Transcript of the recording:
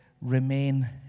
remain